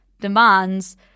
demands